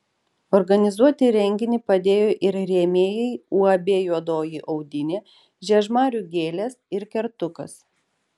organizuoti renginį padėjo ir rėmėjai uab juodoji audinė žiežmarių gėlės ir kertukas